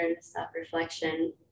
self-reflection